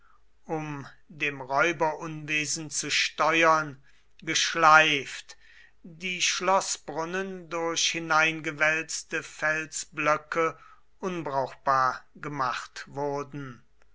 um dem räuberunwesen zu steuern geschleift die schloßbrunnen durch hineingewälzte felsblöcke unbrauchbar gemacht wurden